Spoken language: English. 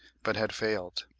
but had failed.